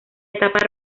etapa